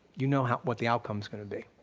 you know what what the outcome's gonna be.